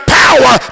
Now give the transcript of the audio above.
power